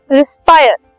respire